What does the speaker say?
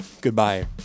Goodbye